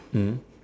mm